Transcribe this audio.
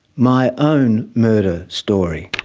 my own murder story.